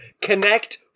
connect